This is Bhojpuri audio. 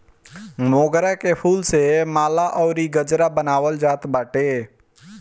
मोगरा के फूल से माला अउरी गजरा बनावल जात बाटे